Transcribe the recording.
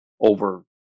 over